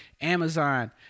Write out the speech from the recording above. Amazon